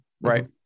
Right